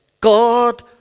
God